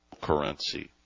Currency